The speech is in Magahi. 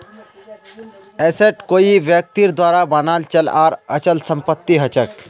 एसेट कोई व्यक्तिर द्वारा बनाल चल आर अचल संपत्ति हछेक